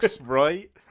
Right